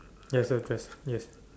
ya it's a dress yes